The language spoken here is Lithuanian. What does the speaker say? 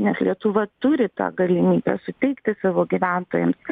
nes lietuva turi tą galimybę suteikti savo gyventojams